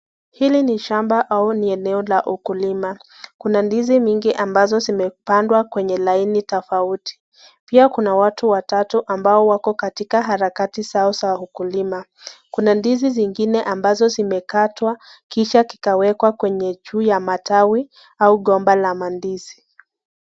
Hili ni shamba au eneo la ukulima Kuna ndizi mingi ambazo zimepandwa kwenye laini tofauti, pia Kuna watu watatu ambao wako kwenye laini wako katika harakati zao za ukulima, Kuna ndizi zingine ambazo zimekatwa kisha kikawekwa kwenye juu ya matawi au gomba la mandizi.